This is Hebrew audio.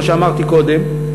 כמו שאמרתי קודם.